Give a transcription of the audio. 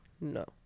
no